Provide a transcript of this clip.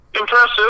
impressive